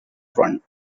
front